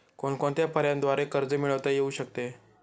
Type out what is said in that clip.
कोणकोणत्या पर्यायांद्वारे कर्ज मिळविता येऊ शकते?